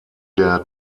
der